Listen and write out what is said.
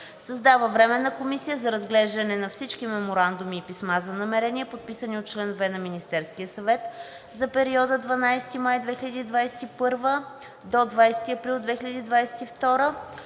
Създава Временна комисия за разглеждане на всички меморандуми и писма за намерения, подписани от членове на Министерския съвет за периода от 12 май 2021 г. до 20 април 2022